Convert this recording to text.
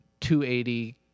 280